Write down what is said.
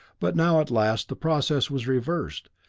but now at last the process was reversed,